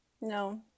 No